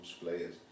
players